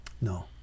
No